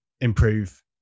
improve